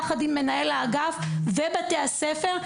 ביחד עם מנהל האגף ובתי הספר,